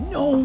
no